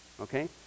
okay